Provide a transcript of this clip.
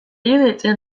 iruditzen